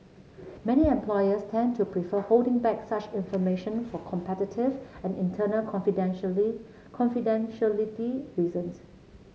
many employers tend to prefer holding back such information for competitive and internal confidentially confidentiality reasons